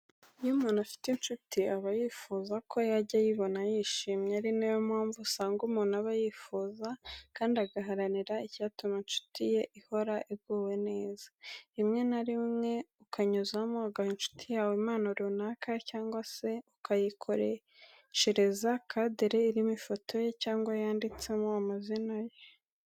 Iyo umuntu afite inshuti aba yifuza ko yajya ayibona yishimye, ari na yo mpamvu usanga umuntu aba yifuza kandi agaharanira icyatuma inshuti ye ihora iguwe neza. Rimwe na rimwe ukanyuzamo ugaha inshuti yawe impano runaka cyangwa se ukayikoreshereza kadere irimo ifoto ye cyangwa yanditsemo amazina ye.